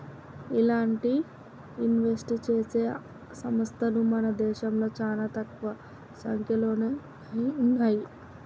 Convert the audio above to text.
ఇలాంటి ఇన్వెస్ట్ చేసే సంస్తలు మన దేశంలో చానా తక్కువ సంక్యలోనే ఉన్నయ్యి